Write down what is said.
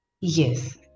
yes